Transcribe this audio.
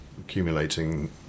accumulating